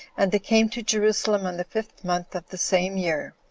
and they came to jerusalem on the fifth month of the same year.